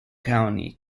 county